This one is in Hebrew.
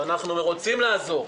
ואנחנו רוצים לעזור,